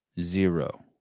Zero